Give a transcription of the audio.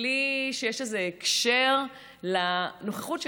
בלי שיש איזה הקשר לנוכחות שלה,